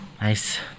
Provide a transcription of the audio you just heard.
Nice